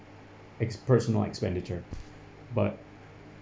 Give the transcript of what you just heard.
ex~ personal expenditure but